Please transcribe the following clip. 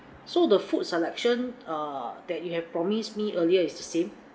so the food selection uh that you have promised me earlier is the same